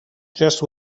just